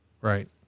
Right